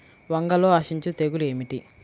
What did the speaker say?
వంగలో ఆశించు తెగులు ఏమిటి?